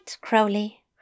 Crowley